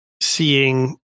seeing